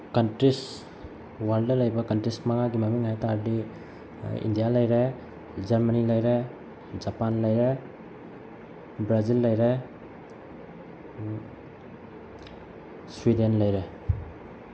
countries world ꯂꯩꯕ countries ꯃꯉꯥꯒꯤ ꯃꯃꯤꯡ ꯍꯥꯏ ꯇꯥꯔꯒꯗꯤ ꯏꯟꯗꯤꯌꯥ ꯂꯩꯔꯦ ꯖꯔꯃꯅꯤ ꯂꯩꯔꯦ ꯖꯄꯥꯟ ꯂꯩꯔꯦ ꯕ꯭ꯔꯥꯖꯤꯜ ꯂꯩꯔꯦ ꯁ꯭ꯋꯤꯗꯦꯟ ꯂꯩꯔꯦ